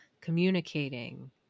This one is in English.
communicating